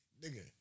nigga